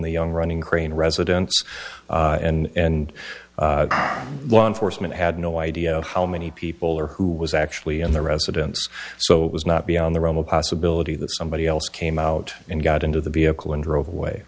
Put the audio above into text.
the young running crane residents and law enforcement had no idea how many people or who was actually in the residence so it was not beyond the realm of possibility that somebody else came out and got into the vehicle and drove away